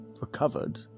recovered